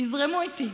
תזרמו איתי.